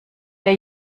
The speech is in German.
der